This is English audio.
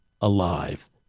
alive